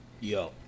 Yo